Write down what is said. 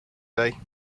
day